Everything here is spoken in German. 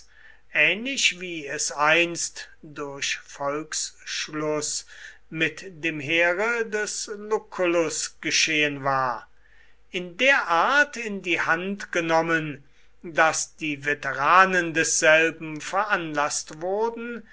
ähnlich wie es einst durch volksschluß mit dem heere des lucullus geschehen war in der art in die hand genommen daß die veteranen desselben veranlaßt wurden